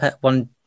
one